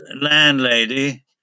landlady